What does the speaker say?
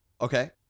Okay